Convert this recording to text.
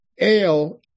ale